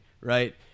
right